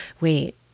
wait